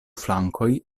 flankoj